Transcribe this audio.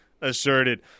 asserted